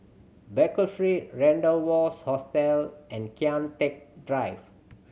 Baker Street Rendezvous Hotel and Kian Teck Drive